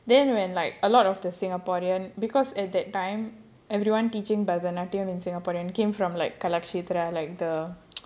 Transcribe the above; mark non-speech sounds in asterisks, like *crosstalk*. then when like a lot of the singaporean because at that time everyone teaching in singaporean came from like kalakshetra *noise*